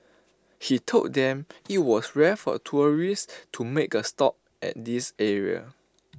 he told them that IT was rare for tourists to make A stop at this area